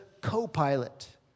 co-pilot